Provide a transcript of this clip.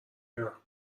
برم